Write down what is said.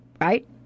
right